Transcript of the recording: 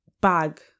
bag